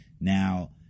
Now